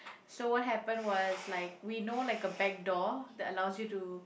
so what happened was like we know like a back door that allows you to